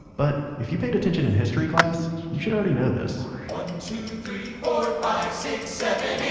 but if you paid attention in history class, you should already know this one, two, three, four five, six, seven, eight,